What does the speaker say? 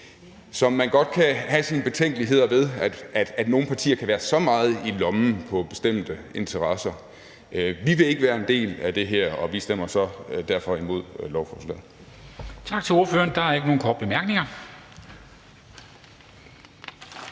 hvor man godt kan have sine betænkeligheder ved at nogle partier kan være så meget i lommen på bestemte interesser. Vi vil ikke være en del af det her, og vi stemmer så derfor imod lovforslaget.